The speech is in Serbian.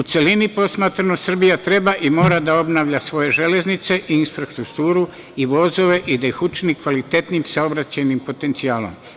U celini posmatrano Srbija treba i mora da obnavlja svoje železnice i infrastrukturu i vozove i da ih učini kvalitetnijim saobraćajnim potencijalom.